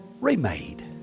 remade